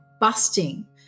busting